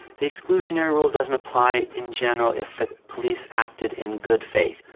the exclusionary rule doesn't apply in general if the police acted in good faith.